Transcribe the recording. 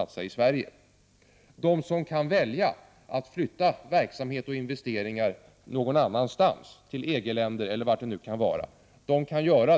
inte i Sverige. En del företag kan välja. De kan alltså flytta sin verksamhet och göra investeringar någon annanstans — exempelvis i något av EG-länderna.